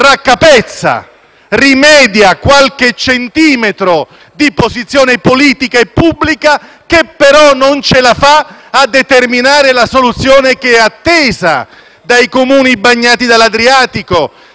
raccapezza, rimedia qualche centimetro di posizione politica e pubblica, che però non ce la fa a determinare la soluzione che è attesa dai Comuni bagnati dall'Adriatico,